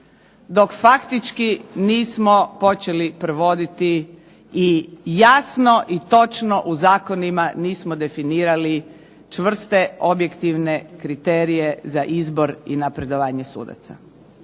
dok faktički nismo počeli provoditi i jasno i točno u zakonima nismo definirali čvrste, objektivne kriterije za izbor i napredovanje sudaca.